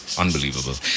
Unbelievable